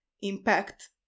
impact